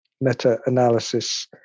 meta-analysis